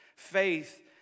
Faith